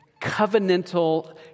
covenantal